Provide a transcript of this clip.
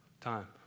Time